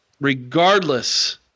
Regardless